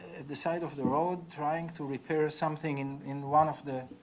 at the side of the road trying to repair something in in one of the